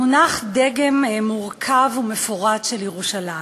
מונח דגם מורכב ומפורט של ירושלים.